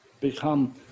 become